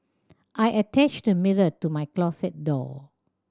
I attached a mirror to my closet door